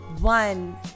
one